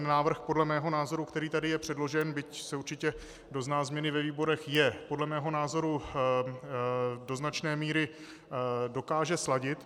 Návrh podle mého názoru, který tady je předložen, byť určitě dozná změny ve výborech, je podle mého názoru do značné míry dokáže sladit.